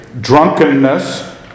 drunkenness